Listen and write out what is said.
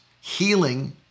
healing